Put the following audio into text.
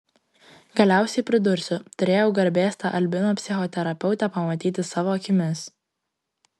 galiausiai pridursiu turėjau garbės tą albino psichoterapeutę pamatyti savo akimis